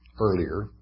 earlier